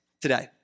today